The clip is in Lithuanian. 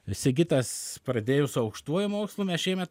sigitas pradėjo su aukštuoju mokslu mes šiemet